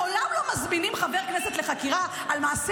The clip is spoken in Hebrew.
לעולם לא מזמינים חבר כנסת לחקירה על מעשה